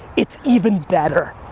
it's even better.